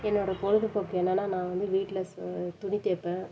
என்னோட பொழுது போக்கு என்னென்னா நான் வந்து வீட்டில் துணி தைப்பேன்